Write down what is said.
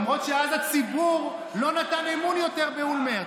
למרות שאז הציבור לא נתן אמון יותר באולמרט.